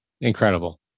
Incredible